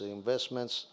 investments